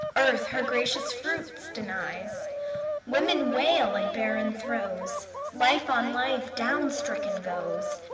earth her gracious fruits denies women wail in barren throes life on life downstriken goes,